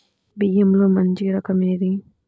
బియ్యంలో మంచి రకం ఏది?